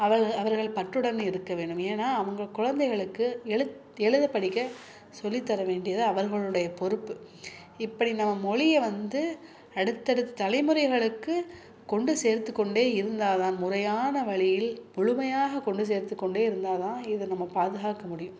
அவர்கள் அவர்கள் பற்றுடன் இருக்க வேண்டும் ஏன்னா அவங்க குழந்தைகளுக்கு எழுத எழுத படிக்க சொல்லி தர வேண்டியது அவர்களுடைய பொறுப்பு இப்படி நம் மொழியை வந்து அடுத்தடுத்த தலைமுறைகளுக்கு கொண்டு சேர்த்து கொண்டே இருந்தால்தான் முறையான வழியில் முழுமையாக கொண்டு சேர்த்து கொண்டே இருந்தால்தான் இதை நம்ம பாதுகாக்க முடியும்